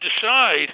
decide